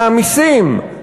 מהמסים,